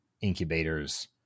incubators